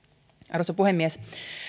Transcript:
arvoisa puhemies